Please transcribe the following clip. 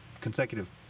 consecutive